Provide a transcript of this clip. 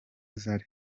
zari